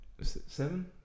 seven